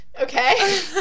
okay